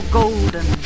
golden